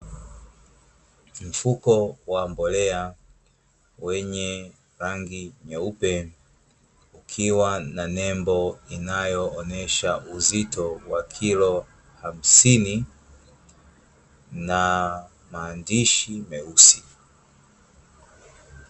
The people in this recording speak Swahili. Mfuko wa mbolea wenye rangi nyeupe, ukiwa na nembo inayoonyesha uzito wa kilo hamsini, na maandishi meusi.